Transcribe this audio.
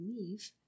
leave